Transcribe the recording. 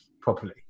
properly